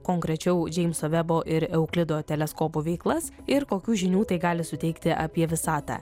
konkrečiau džeimso vebo ir euklido teleskopų veiklas ir kokių žinių tai gali suteikti apie visatą